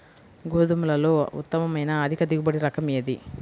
గోధుమలలో ఉత్తమమైన అధిక దిగుబడి రకం ఏది?